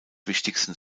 wichtigsten